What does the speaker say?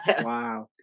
Wow